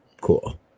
Cool